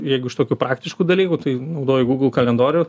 jeigu iš tokių praktiškų dalykų tai naudoju google kalendorių